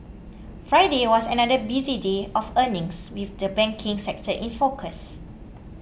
Friday was another busy day of earnings with the banking sector in focus